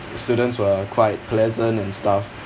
students were quite pleasant and stuff